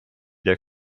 der